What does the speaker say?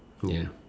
ya